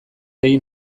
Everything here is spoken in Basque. egin